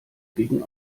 gegen